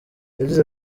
yagize